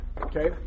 Okay